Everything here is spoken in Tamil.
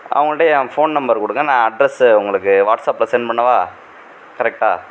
அவங்கள்ட்ட என் ஃபோன் நம்பர் கொடுங்கள் என் அட்ரஸு உங்களுக்கு வாட்ஸாப்பில சென்ட் பண்ணவா கரெக்ட்டாக